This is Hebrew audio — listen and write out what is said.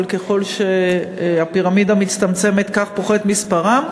אבל ככל שהפירמידה מצטמצמת כך פוחת מספרן,